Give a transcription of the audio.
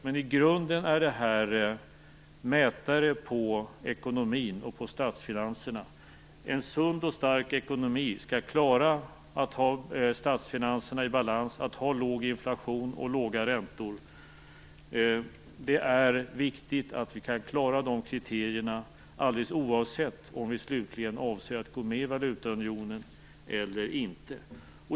Men i grunden är de mätare på ekonomin och statsfinanserna. En sund och stark ekonomi skall klara att ha statsfinanserna i balans, låg inflation och låga räntor. Det är viktigt att vi kan klara de kriterierna alldeles oavsett om vi slutligen avser att gå med i valutaunionen eller inte.